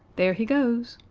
there he goes,